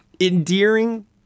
endearing